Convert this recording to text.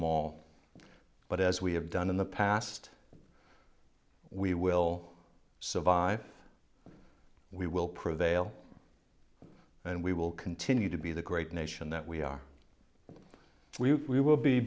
them all but as we have done in the past we will survive we will prevail and we will continue to be the great nation that we are we will be